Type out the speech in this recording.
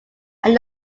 are